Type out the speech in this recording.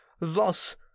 thus